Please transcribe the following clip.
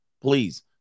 please